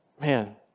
Man